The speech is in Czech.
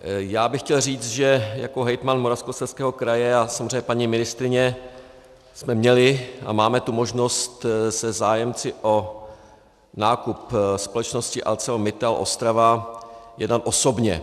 Já bych chtěl říct, že jako hejtman Moravskoslezského kraje, a samozřejmě paní ministryně, jsme měli a máme tu možnost se zájemci o nákup společnosti ArcelorMittal Ostrava jednat osobně.